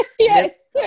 Yes